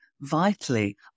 vitally